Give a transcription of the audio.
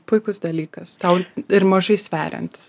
puikus dalykas tau ir mažai sveriantis